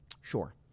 Sure